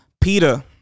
Peter